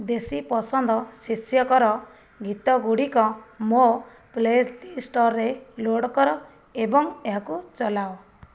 ଦେଶୀ ପସନ୍ଦ ଶୀର୍ଷକର ଗୀତଗୁଡ଼ିକ ମୋ ପ୍ଲେଲିଷ୍ଟରେ ଲୋଡ଼୍ କର ଏବଂ ଏହାକୁ ଚଲାଅ